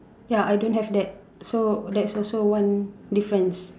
ya I don't have that so that's also one difference